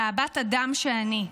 מהבת אדם שאני.